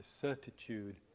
certitude